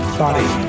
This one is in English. body